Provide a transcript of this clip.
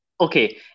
Okay